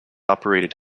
operated